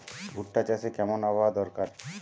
ভুট্টা চাষে কেমন আবহাওয়া দরকার?